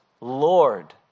Lord